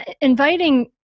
inviting